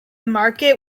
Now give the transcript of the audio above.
market